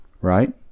Right